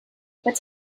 but